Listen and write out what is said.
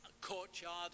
courtyard